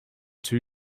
two